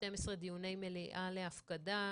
12 דיוני מליאה להפקדה,